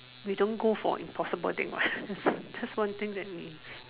we don't go for impossible things one that's one thing that we